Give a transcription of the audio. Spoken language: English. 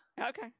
Okay